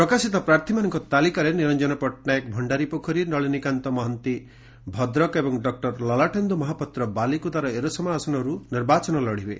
ପ୍ରକାଶିତ ପ୍ରାର୍ଥୀମାନଙ୍କ ତାଲିକାରେ ନିର୍ଚ୍ଚନ ପଟ୍ଟନାୟକ ଭଣ୍ଡାରୀପୋଖରୀ ନଳିନୀକାନ୍ତ ମହାନ୍ତି ଭଦ୍ରକ ଏବଂ ଡକୁର ଲଲାଟେନ୍ଦୁ ମହାପାତ୍ର ବାଲିକୁଦାର ଏରସମା ଆସନରୁ ନିର୍ବାଚନ ଲଢ଼ିବେ